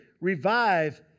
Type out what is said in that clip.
revive